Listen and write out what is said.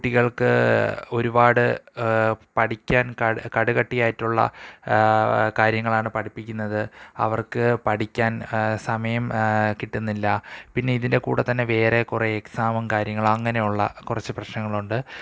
കുട്ടികൾക്ക് ഒരുപാട് പഠിക്കാൻ കടു കടുകട്ടിയായിട്ടുള്ള കാര്യങ്ങളാണ് പഠിപ്പിക്കുന്നത് അവർക്ക് പഠിക്കാൻ സമയം കിട്ടുന്നില്ല പിന്നെ ഇതിൻ്റെ കൂടെത്തന്നെ വേറെ കുറേ എക്സാമും കാര്യങ്ങളും അങ്ങനെയുള്ള കുറച്ച് പ്രശ്നങ്ങളുണ്ട്